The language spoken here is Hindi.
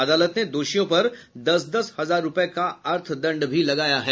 अदालत ने दोषियों पर दस दस हजार रूपये का अर्थदंड भी लगाया है